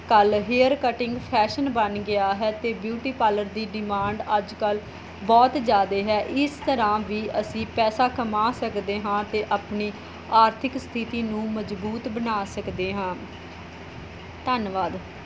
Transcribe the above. ਕੱਲ੍ਹ hair cutting fashion ਬਣ ਗਿਆ ਹੈ ਅਤੇ ਬਿਊਟੀ ਪਾਰਲਰ ਦੀ ਡਿਮਾਂਡ ਅੱਜ ਕੱਲ੍ਹ ਬਹੁਤ ਜ਼ਿਆਦਾ ਹੈ ਇਸ ਤਰ੍ਹਾਂ ਵੀ ਅਸੀਂ ਪੈਸਾ ਕਮਾ ਸਕਦੇ ਹਾਂ ਅਤੇ ਆਪਣੀ ਆਰਥਿਕ ਸਥਿਤੀ ਨੂੰ ਮਜ਼ਬੂਤ ਬਣਾ ਸਕਦੇ ਹਾਂ ਧੰਨਵਾਦ